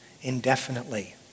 indefinitely